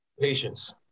Patience